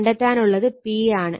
കണ്ടെത്താനുള്ളത് P ആണ്